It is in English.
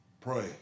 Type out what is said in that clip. pray